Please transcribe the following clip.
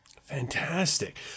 Fantastic